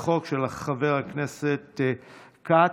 החוק של חבר הכנסת כץ.